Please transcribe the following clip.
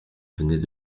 venait